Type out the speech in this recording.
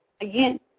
again